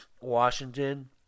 Washington